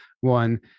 one